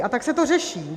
A tak se to řeší.